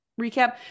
recap